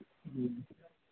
जी